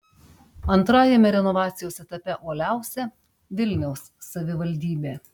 antrajame renovacijos etape uoliausia vilniaus savivaldybė